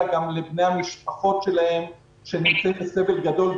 אלא גם לבני המשפחות שלהם שנמצאים בסבל גדול,